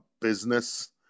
business